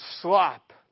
slop